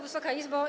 Wysoka Izbo!